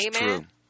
Amen